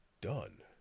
done